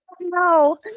No